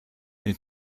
les